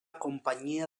companyia